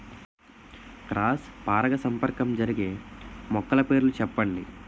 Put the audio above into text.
Cross పరాగసంపర్కం జరిగే మొక్కల పేర్లు చెప్పండి?